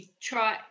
try